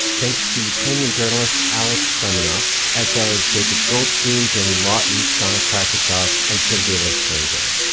thanks to ukrainian journalist alex kleminoff as well as jacob goldstein, jenny lawton, sana krasikov and sergei leshchenko.